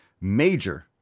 major